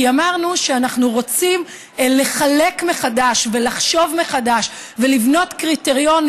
כי אמרנו שאנחנו רוצים לחלק מחדש ולחשוב מחדש ולבנות קריטריונים